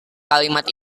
kalimat